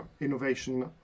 innovation